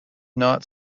not